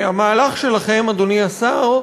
והמהלך שלכם, אדוני השר,